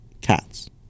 cats